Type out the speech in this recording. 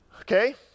Okay